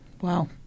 Wow